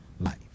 life